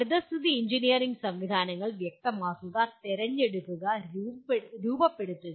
പരിസ്ഥിതി എഞ്ചിനീയറിംഗ് സംവിധാനങ്ങൾ വ്യക്തമാക്കുക തിരഞ്ഞെടുക്കുക രൂപപ്പെടുത്തുക